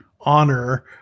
honor